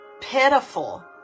pitiful